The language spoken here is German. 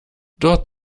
dort